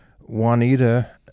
Juanita